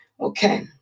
Okay